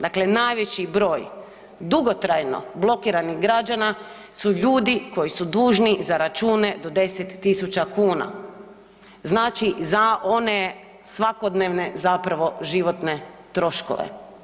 Dakle, najveći broj dugotrajno blokiranih građana su ljudi koji su dužni za račune do 10.000 kuna znači za one svakodnevne zapravo životne troškove.